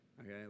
Okay